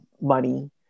money